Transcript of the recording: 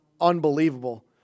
unbelievable